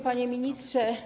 Panie Ministrze!